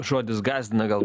žodis gąsdina gal